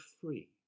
free